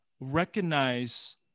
recognize